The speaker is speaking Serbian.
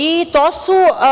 I, to su…